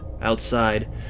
Outside